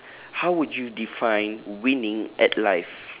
how would you define winning at life